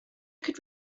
could